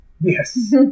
yes